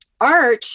Art